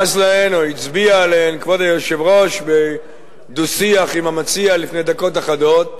שהצביע עליהן כבוד היושב-ראש בדו-שיח עם המציע לפני דקות אחדות,